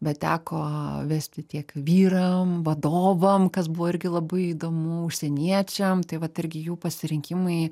bet teko vesti tiek vyram vadovam kas buvo irgi labai įdomu užsieniečiam tai vat irgi jų pasirinkimai